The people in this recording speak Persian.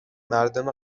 مردم